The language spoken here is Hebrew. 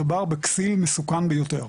מדובר בכסיל מסוכן ביותר.